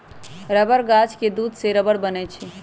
rubber गाछ के दूध से रबर बनै छै